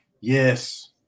Yes